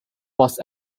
was